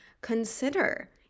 consider